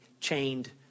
chained